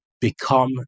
become